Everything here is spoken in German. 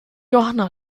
johanna